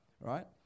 right